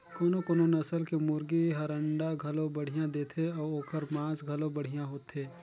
कोनो कोनो नसल के मुरगी हर अंडा घलो बड़िहा देथे अउ ओखर मांस घलो बढ़िया होथे